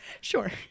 Sure